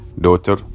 daughter